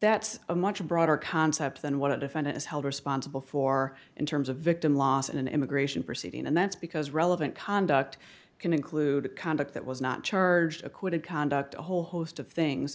that a much broader concept than what a defendant is held responsible for in terms of victim loss in an immigration proceeding and that's because relevant conduct can include conduct that was not charged acquitted conduct a whole host of things